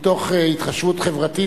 מתוך התחשבות חברתית,